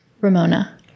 Ramona